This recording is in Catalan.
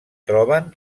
troben